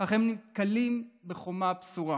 אך הם נתקלים בחומה בצורה.